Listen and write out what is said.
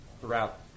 throughout